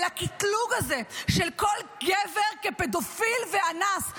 אל הקטלוג הזה של כל גבר כפדופיל ואנס,